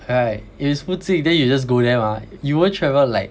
right if it's 附近 then you just go there mah you won't travel like